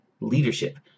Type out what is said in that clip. leadership